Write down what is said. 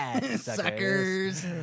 Suckers